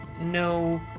no